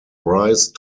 rice